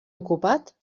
ocupat